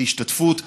להשתתפות.